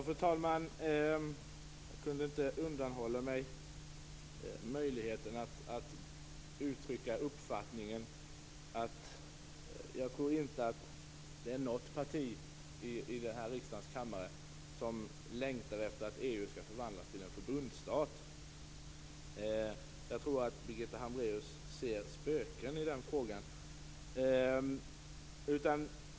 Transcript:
Fru talman! Jag kan inte undanhålla mig möjligheten att uttrycka min uppfattning. Jag tror inte att något parti i denna riksdagens kammare som längtar efter att EU förvandlas till ett statsförbund. Jag tror att Birgitta Hambraeus ser spöken i det sammanhanget.